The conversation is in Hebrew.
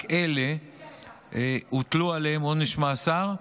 רק על אלה הוטל עליהם עונש מאסר.